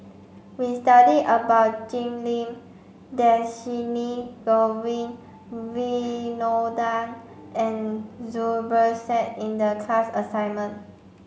we studied about Jim Lim Dhershini Govin Winodan and Zubir Said in the class assignment